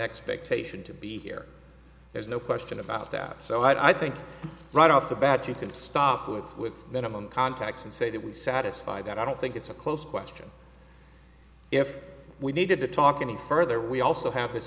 expectation to be here there's no question about that so i think right off the bat you can start with with minimum contacts and say that we satisfy that i don't think it's a close question if we needed to talk any further we also have this